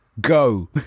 go